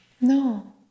No